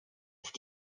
ist